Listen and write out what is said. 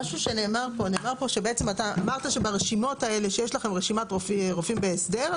אתה אמרת שברשימות האלה שיש לכם רשימת רופאים בהסדר,